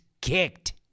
kicked